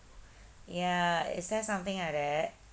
ya is there something like that